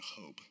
hope